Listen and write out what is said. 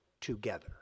together